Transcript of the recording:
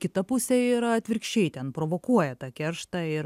kita pusė yra atvirkščiai ten provokuoja tą kerštą ir